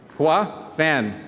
gwa fen.